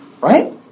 Right